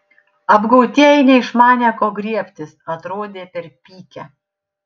apgautieji neišmanė ko griebtis atrodė perpykę